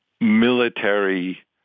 military